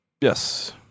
Yes